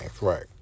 right